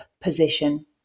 position